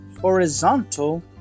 horizontal